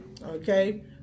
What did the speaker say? Okay